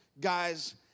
guys